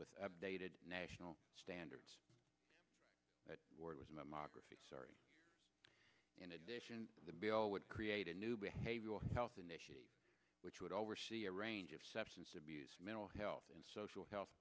with updated national standards board was my margraf sorry in addition the bill would create a new behavioral health initiative which would oversee a range of substance abuse mental health and social health